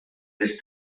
les